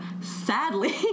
Sadly